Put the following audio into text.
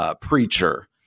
preacher